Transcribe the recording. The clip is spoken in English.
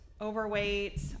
overweight